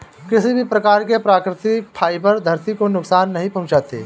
किसी भी प्रकार के प्राकृतिक फ़ाइबर धरती को नुकसान नहीं पहुंचाते